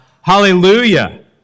Hallelujah